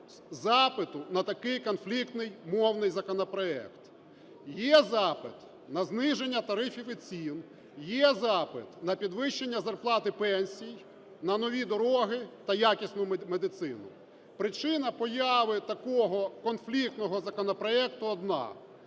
запиту на такий конфліктний мовний законопроект. Є запит на зниження тарифів і цін, є запит на підвищення зарплат і пенсій, на нові дороги та якісну медицину. Причина появи такого конфліктного законопроекту одна –